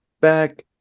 back